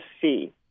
see